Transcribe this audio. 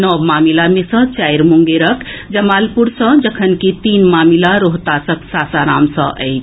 नव मामिला मे सँ चारि मुंगेरक जमालपुर सँ जखनकि तीन मामिला रोहतासक सासाराम सँ अछि